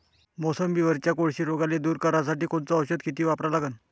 मोसंबीवरच्या कोळशी रोगाले दूर करासाठी कोनचं औषध किती वापरा लागन?